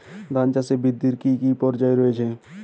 ধান চাষ বৃদ্ধির কী কী পর্যায় রয়েছে?